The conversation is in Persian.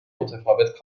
متفاوت